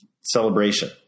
celebration